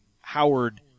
Howard